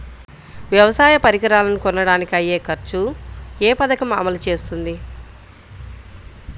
వ్యవసాయ పరికరాలను కొనడానికి అయ్యే ఖర్చు ఏ పదకము అమలు చేస్తుంది?